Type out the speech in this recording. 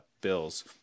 Bills